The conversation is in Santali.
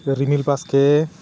ᱨᱤᱢᱤᱞ ᱵᱟᱥᱠᱮ